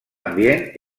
ambient